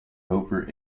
over